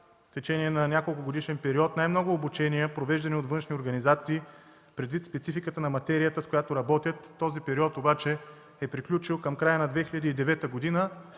в течение на няколко годишен период най-много обучения, провеждани от външни организации, предвид спецификата на материята, с която работят. Този период обаче е приключил към края на 2009 г. и